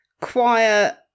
quiet